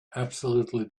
absolutely